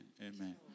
Amen